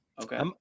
Okay